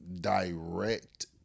direct